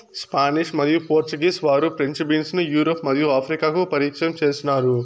Spanish మరియు Portuguese వారు French beans ను యూరప్ మరియు ఆఫ్రికాకు పరిచయం చేసినారు